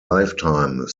lifetime